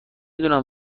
دونم